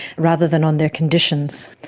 rather than on their conditions.